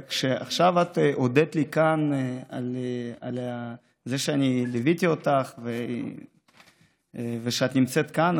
כשעכשיו את הודית לי כאן על זה שאני ליוויתי אותך ושאת נמצאת כאן,